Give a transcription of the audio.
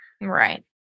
Right